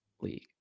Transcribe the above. League